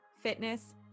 fitness